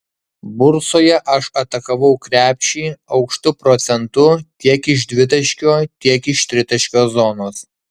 bursoje aš atakavau krepšį aukštu procentu tiek iš dvitaškio tiek iš tritaškio zonos